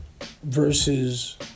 versus